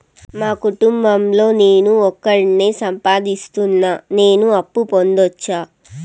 మా కుటుంబం లో నేను ఒకడినే సంపాదిస్తున్నా నేను అప్పు పొందొచ్చా